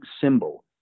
symbol